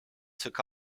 took